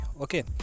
Okay